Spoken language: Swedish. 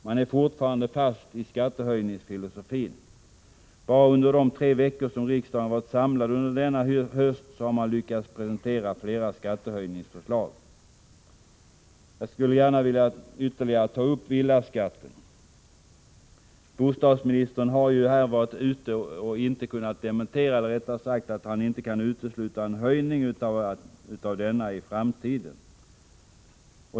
Man är fortfarande fast i skattehöjningsfilosofin. Bara under de tre veckor som riksdagen har varit samlad under denna höst man lyckats prestera flera skattehöjningsförslag. Jag skulle gärna vilja ta upp villaskatten ytterligare. Bostadsministern har ju sagt, att han inte kan utesluta en höjning av denna i framtiden.